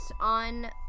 on